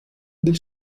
del